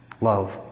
Love